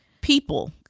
People